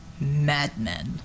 Madmen